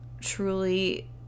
truly